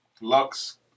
lux